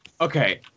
Okay